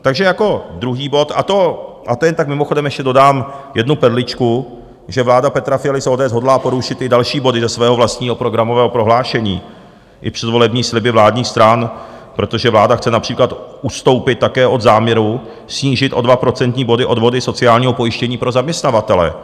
Takže jako druhý bod a to jen tak mimochodem ještě dodám jednu perličku, že vláda Petra Fialy z ODS hodlá porušit i další body ze svého vlastního programového prohlášení i předvolební sliby vládních stran, protože vláda chce například ustoupit také od záměru snížit o 2 procentní body odvody sociálního pojištění pro zaměstnavatele.